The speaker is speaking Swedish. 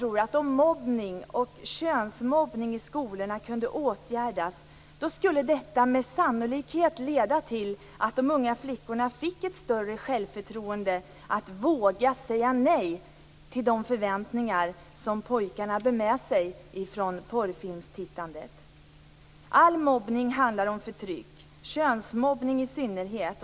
Om mobbning och könsmobbning i skolorna kunde åtgärdas skulle detta sannolikt leda till att de unga flickorna fick ett större självförtroende när det gäller att våga säga nej till de förväntningar som pojkarna bär med sig från porrfilmstittandet. All mobbning handlar om förtryck, i synnerhet könsmobbning.